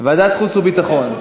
ועדת החוץ והביטחון.